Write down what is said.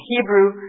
Hebrew